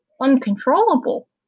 uncontrollable